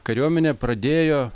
kariuomenė pradėjo